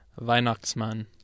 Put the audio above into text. Weihnachtsmann